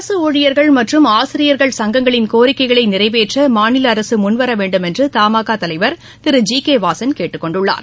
அரசு ஊழியர்கள் மற்றும் ஆசிரியர்கள் சங்கங்களின் கோரிக்கைகளை நிறைவேற்ற மாநில அரசு முன்வர வேண்டுமென்று தமாகா தலைவர் திரு ஜி கே வாசன் கேட்டுக் கொண்டுள்ளார்